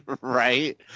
right